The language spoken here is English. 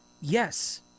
Yes